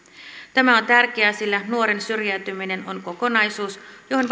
tämä on tärkeää sillä nuoren syrjäytyminen on kokonaisuus johon